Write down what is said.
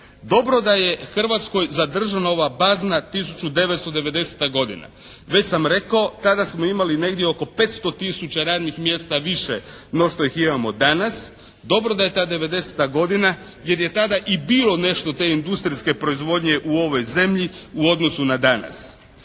Dobro da je Hrvatskoj zadržana ova bazna 1990. godina. Već sam rekao tada smo imali negdje oko 500 tisuća radnih mjesta više no što ih imamo danas. Dobro je da je ta '90. godina jer je tada i bilo nešto te industrijske proizvodnje u ovoj zemlji u odnosu na danas.